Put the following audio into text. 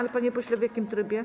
Ale, panie pośle, w jakim trybie?